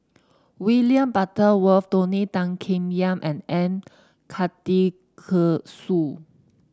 William Butterworth Tony Tan Keng Yam and M Karthigesu